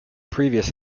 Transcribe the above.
previous